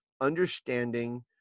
understanding